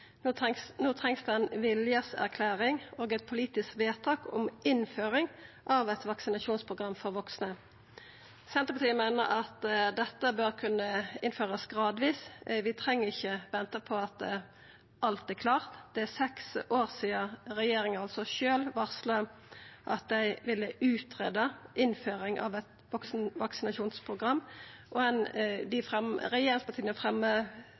No trengst det ei viljeserklæring og eit politisk vedtak om innføring av eit vaksinasjonsprogram for vaksne. Senterpartiet meiner at dette bør kunna innførast gradvis. Vi treng ikkje venta på at alt er klart. Det er seks år sidan regjeringa sjølv varsla at dei ville utgreia innføring av eit vaksinasjonsprogram, og